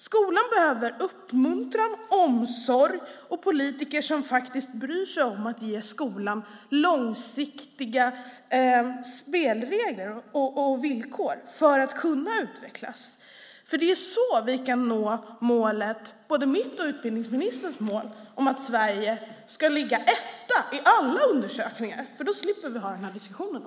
Skolan behöver uppmuntran, omsorg och politiker som bryr sig om att ge skolan långsiktiga spelregler och villkor för att kunna utvecklas. Det är så vi kan nå målet, både mitt och utbildningsministerns mål, att Sverige ska ligga etta i alla undersökningar, för då slipper vi att ha de här diskussionerna.